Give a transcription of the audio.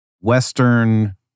Western